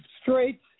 straight